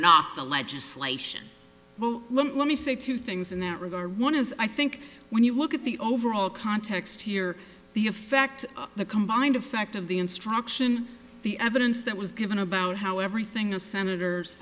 not the legislation well let me say two things in that regard one is i think when you look at the overall context here the effect the combined effect of the instruction the evidence that was given about how everything a senator